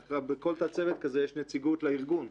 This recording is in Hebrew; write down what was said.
ובכל תת צוות כזה יש נציגות לארגון.